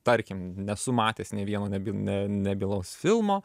tarkim nesu matęs nei vieno neby ne nebylaus filmo